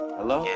Hello